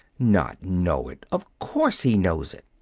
not know it! of course he knows it.